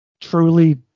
truly